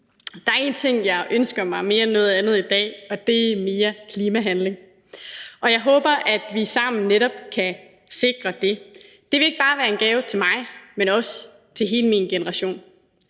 Der er én ting, jeg ønsker mig mere end noget andet i dag, og det er mere klimahandling, og jeg håber, at vi sammen netop kan sikre det. Det vil ikke bare være en gave til mig, men også til hele min generation.